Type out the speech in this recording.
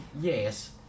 Yes